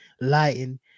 lighting